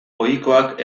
ohikoak